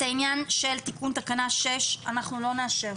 את העניין של תיקון תקנה 6 אנחנו לא נאשר.